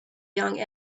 young